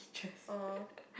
oh